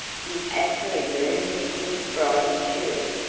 he's actually burning the king's bridal shirt.